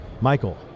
Michael